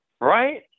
Right